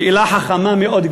שאלה חכמה מאוד,